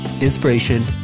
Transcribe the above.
inspiration